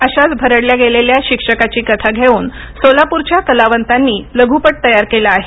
अशाच भरडल्या गेलेल्या शिक्षकाची शिक्षकाची कथा घेऊन सोलापूरच्या कलावंतांनी लघूपट तयार केला आहे